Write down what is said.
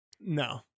No